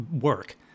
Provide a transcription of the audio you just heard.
work